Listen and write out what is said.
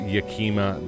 Yakima